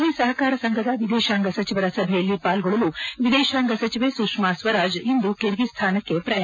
ಶಾಂಫ್ವೆ ಸಹಕಾರ ಸಂಘದ ವಿದೇಶಾಂಗ ಸಚಿವರ ಸಭೆಯಲ್ಲಿ ಪಾಲ್ಲೊಳ್ಳಲು ವಿದೇಶಾಂಗ ಸಚಿವೆ ಸುಶ್ಮಾ ಸ್ವರಾಜ್ ಇಂದು ಕಿರ್ಗಿಸ್ಲಾನಕ್ಕೆ ಪ್ರಯಾಣ